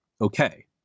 okay